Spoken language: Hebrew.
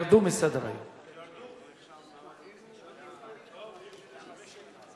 מכובדי השרים,